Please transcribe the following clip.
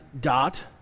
dot